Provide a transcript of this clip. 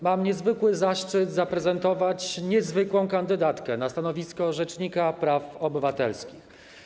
Mam ogromny zaszczyt zaprezentować niezwykłą kandydatkę na stanowisko rzecznika praw obywatelskich.